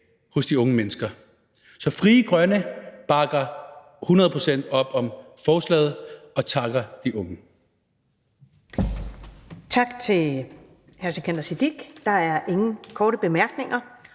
hos de unge mennesker. Så Frie Grønne bakker hundrede procent op om forslaget og takker de unge.